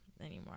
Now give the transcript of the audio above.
anymore